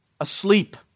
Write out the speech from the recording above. asleep